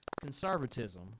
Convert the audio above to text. conservatism